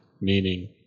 meaning